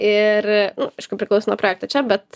ir aišku priklauso nuo projekto čia bet